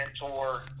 mentor